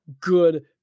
good